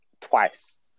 twice